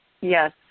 Yes